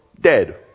dead